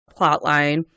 plotline